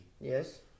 Yes